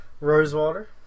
Rosewater